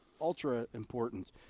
ultra-important